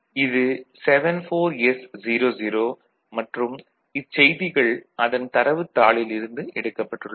இது 74S00 மற்றும் இச்செய்திகள் அதன் தரவுத் தாளில் இருந்து எடுக்கப்பட்டுள்ளது